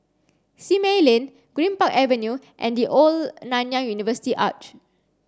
Simei Lane Greenpark Avenue and The Old Nanyang University Arch